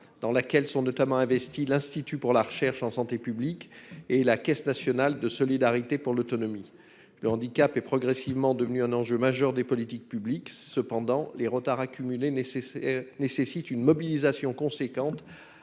dans laquelle sont notamment investis l'Institut pour la recherche en santé publique et la Caisse nationale de solidarité pour l'autonomie. Le handicap est progressivement devenu un enjeu majeur des politiques publiques. Cependant, les retards accumulés nécessitent une mobilisation importante